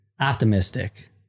optimistic